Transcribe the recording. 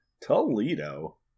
Toledo